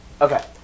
Okay